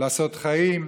לעשות חיים.